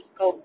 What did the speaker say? go